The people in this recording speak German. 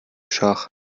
schach